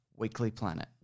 weeklyplanet